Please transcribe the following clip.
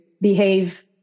behave